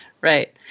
Right